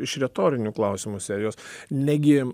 iš retorinių klausimų serijos negi